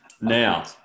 Now